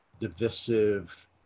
divisive